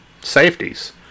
safeties